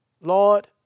Lord